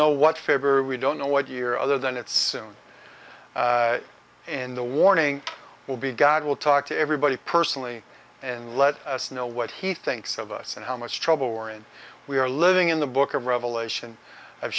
know what february we don't know what year other than it's own and the warning will be god will talk to everybody personally and let us know what he thinks of us and how much trouble for in we are living in the book of revelation i've